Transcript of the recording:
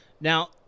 Now